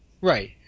Right